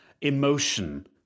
emotion